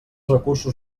recursos